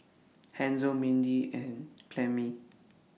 Hansel Mindy and Clemmie